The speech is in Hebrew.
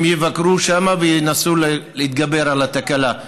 הם יבקרו שם וינסו להתגבר על התקלה.